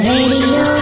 Radio